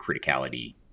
criticality